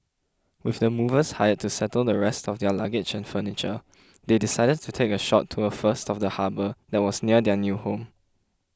with the movers hired to settle the rest of their luggage and furniture they decided to take a short tour first of the harbour that was near their new home